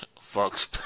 Fox